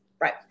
right